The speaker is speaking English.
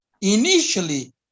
initially